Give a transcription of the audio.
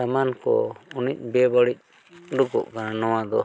ᱥᱟᱢᱟᱱ ᱠᱚ ᱩᱱᱟᱹᱜ ᱵᱮᱼᱵᱟᱹᱲᱤᱡ ᱩᱰᱩᱠᱚᱜ ᱠᱟᱱᱟ ᱱᱚᱣᱟ ᱫᱚ